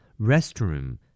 Restroom